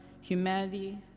humanity